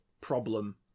problem